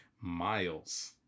miles